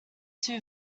too